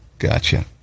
Gotcha